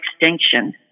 extinction